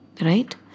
Right